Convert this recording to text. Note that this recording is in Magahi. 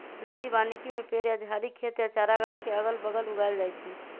कृषि वानिकी में पेड़ या झाड़ी खेत या चारागाह के अगल बगल उगाएल जाई छई